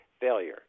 failure